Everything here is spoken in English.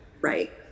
Right